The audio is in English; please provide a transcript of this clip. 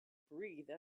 breathe